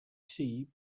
sheep